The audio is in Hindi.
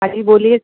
हाँ जी बोलिए